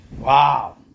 Wow